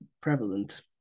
prevalent